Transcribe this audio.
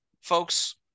folks